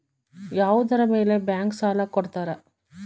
ಯಾವುದರ ಮೇಲೆ ಬ್ಯಾಂಕ್ ಸಾಲ ಕೊಡ್ತಾರ?